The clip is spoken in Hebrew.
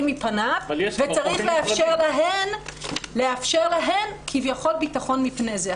מפניו וצריך לאפשר להן כביכול ביטחון מפני זה.